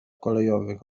kolejowych